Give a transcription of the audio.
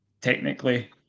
technically